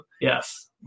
Yes